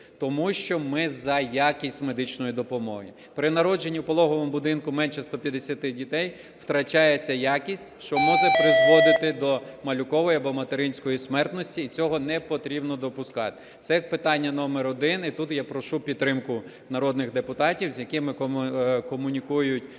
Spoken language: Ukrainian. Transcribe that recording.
тому що ми за якість медичної допомоги. При народженні у пологовому будинку менше 150 дітей втрачається якість, що може призводити до малюкової або материнської смертності, і цього не потрібно допускати. Це питання номер один, і тут я прошу підтримку народних депутатів, з якими комунікують